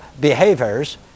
behaviors